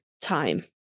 time